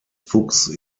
fuchs